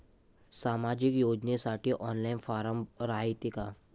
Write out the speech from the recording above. सामाजिक योजनेसाठी online form रायते का?